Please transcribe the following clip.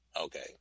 Okay